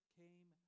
came